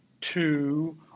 two